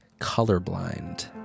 Colorblind